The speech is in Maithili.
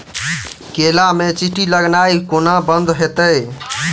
केला मे चींटी लगनाइ कोना बंद हेतइ?